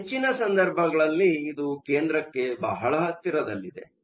ಆದರೆ ಹೆಚ್ಚಿನ ಸಂದರ್ಭಗಳಲ್ಲಿ ಇದು ಕೇಂದ್ರಕ್ಕೆ ಬಹಳ ಹತ್ತಿರದಲ್ಲಿದೆ